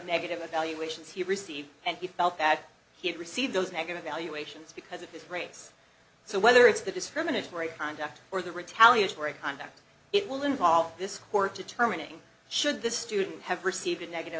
negative evaluations he received and he felt that he had received those negative valuations because of this race so whether it's the discriminatory conduct or the retaliatory conduct it will involve this court determining should this student have received a negative